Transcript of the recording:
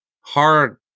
hard